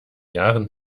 jahren